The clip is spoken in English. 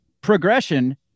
progression